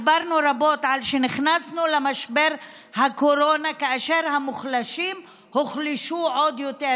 דיברנו רבות על כך שכשנכנסנו למשבר הקורונה המוחלשים הוחלשו עוד יותר,